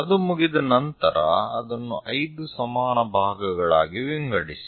ಅದು ಮುಗಿದ ನಂತರ ಅದನ್ನು 5 ಸಮಾನ ಭಾಗಗಳಾಗಿ ವಿಂಗಡಿಸಿ